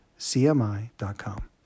cmi.com